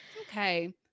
Okay